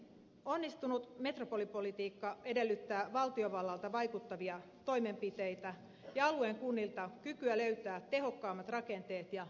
onnistunut metropolipolitiikka edellyttää valtiovallalta vaikuttavia toimenpiteitä ja alueen kunnilta kykyä löytää tehokkaammat rakenteet ja yhteistyön tavat